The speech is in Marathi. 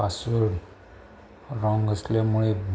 पासु रंग असलेल्यामुळे